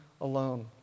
alone